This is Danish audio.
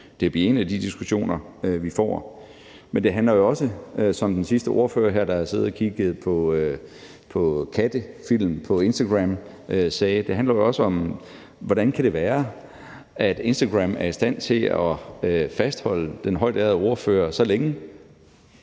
bliver en af de diskussioner, vi får. Men det handler jo også, som den sidste ordfører her sagde, der havde siddet og kigget på kattefilm på Instagram, om, hvordan det kan være, at Instagram er i stand til at fastholde den højtærede ordfører så længe